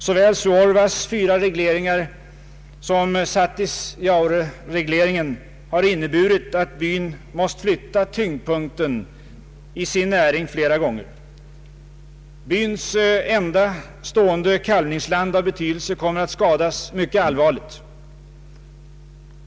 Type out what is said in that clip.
Såväl Suorvas fyra regleringar som Satisjaureregleringen har inneburit att byn har måst flytta tyngdpunkten i sin näring flera gånger. Byns enda återstående kalvningsland av betydelse kommer att skadas mycket allvarligt.